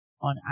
on